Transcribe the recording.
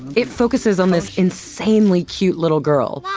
it focuses on this insanely cute little girl,